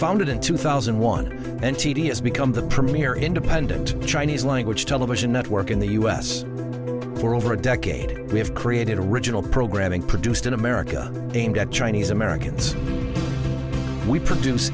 in two thousand and one and t d s become the premier independent chinese language television network in the us for over a decade we have created original programming produced in america aimed at chinese americans we produce